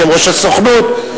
יושב-ראש הסוכנות,